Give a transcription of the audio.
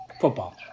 football